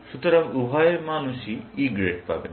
সুতরাং উভয় মানুষই E গ্রেড পাবেন